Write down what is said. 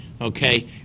okay